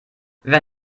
wer